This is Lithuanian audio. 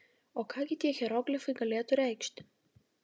o ką gi tie hieroglifai galėtų reikšti